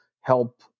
help